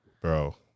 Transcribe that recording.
Bro